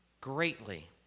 greatly